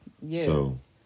Yes